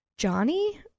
Johnny